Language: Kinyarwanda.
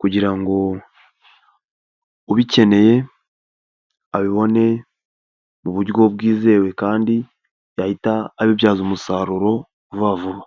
kugira ngo ubikeneye abibone mu buryo bwizewe kandi yahita abibyaza umusaruro vuba vuba.